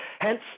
hence